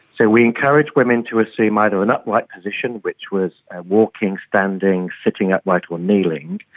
so we encourage women to assume either an upright position, which was walking, standing, sitting upright or kneeling,